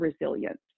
resilience